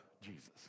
Jesus